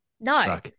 No